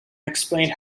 explained